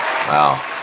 Wow